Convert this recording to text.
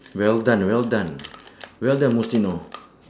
well done well done well done mustino you know